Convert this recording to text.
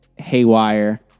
Haywire